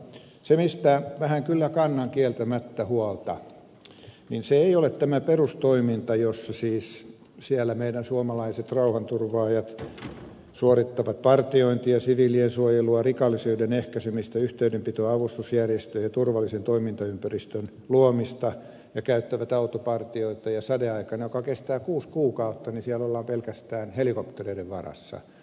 se mistä vähän kyllä kannan kieltämättä huolta se ei ole tämä perustoiminta jossa siis siellä meidän suomalaiset rauhanturvaajamme suorittavat partiointia siviilien suojelua rikollisuuden ehkäisemistä yhteydenpitoa avustusjärjestöön turvallisen toimintaympäristön luomista ja käyttävät autopartioita ja jossa sadeaikana joka kestää kuusi kuukautta ollaan pelkästään helikoptereiden varassa